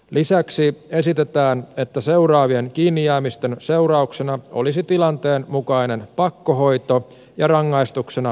lisäksi esitetään että seuraavien kiinni jäämisten seurauksena olisi tilanteen mukainen pakkohoito ja rangaistuksena ehdoton vankeus